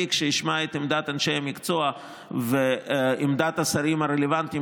כשאשמע את עמדת אנשי המקצוע ועמדת השרים הרלוונטיים,